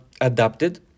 adapted